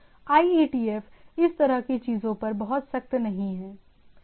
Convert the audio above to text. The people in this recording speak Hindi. IETF इस तरह की चीजों पर बहुत सख्त नहीं है